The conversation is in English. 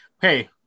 hey